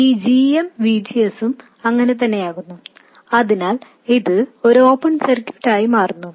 ഈ g m VGS ഉം അങ്ങനെ തന്നെയാകുന്നു അതിനാൽ ഇത് ഒരു ഓപ്പൺ സർക്യൂട്ട് ആയി മാറുന്നു